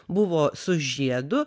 buvo su žiedu